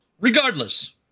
Regardless